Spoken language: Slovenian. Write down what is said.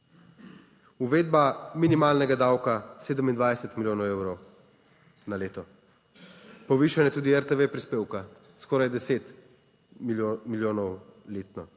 Uvedba minimalnega davka, 27 milijonov evrov na leto, povišanje tudi RTV prispevka skoraj deset milijonov letno.